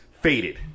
faded